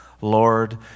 Lord